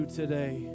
today